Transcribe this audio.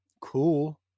cool